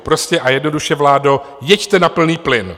Prostě a jednoduše, vládo, jeďte na plný plyn!